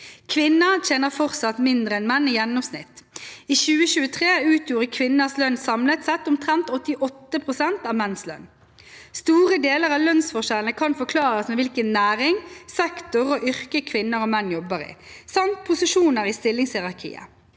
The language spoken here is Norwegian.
Kvinner tjener fortsatt mindre enn menn i gjennomsnitt. I 2023 utgjorde kvinners lønn samlet sett omtrent 88 pst. av menns lønn. Store deler av lønnsforskjellene kan forklares med hvilken næring, sektor og yrke kvinner og menn jobber i, samt posisjoner i stillingshierarkiet.